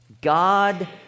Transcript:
God